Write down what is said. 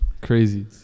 Crazy